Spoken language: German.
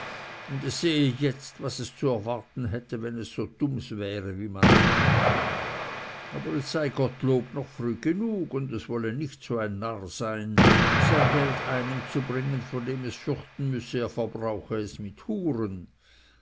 und es sehe jetzt was es zu erwarten hätte wenn es so dumms wäre wie man meine aber es sei gottlob noch früh genug und es wolle nicht so ein narr sein sein geld einem zu bringen von dem es fürchten müsse er verbrauche es mit huren